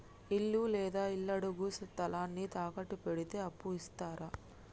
ఇల్లు లేదా ఇళ్లడుగు స్థలాన్ని తాకట్టు పెడితే అప్పు ఇత్తరా?